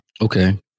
Okay